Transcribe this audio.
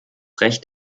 recht